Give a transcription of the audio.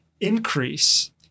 increase